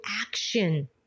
action